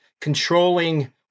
controlling